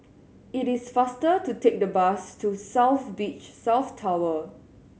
it is faster to take the bus to South Beach South Tower